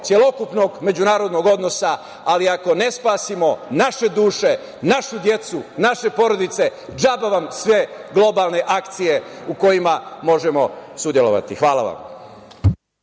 celokupnog međunarodnog odnosa, ali ako ne spasimo naše duše, našu decu, naše porodice, džaba vam sve globalne akcije u kojima možemo sudelovati. Hvala vam.